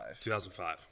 2005